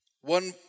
One